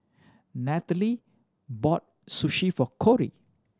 Natalee bought Sushi for Kori